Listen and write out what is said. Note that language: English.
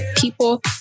people